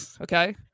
Okay